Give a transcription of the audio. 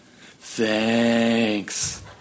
Thanks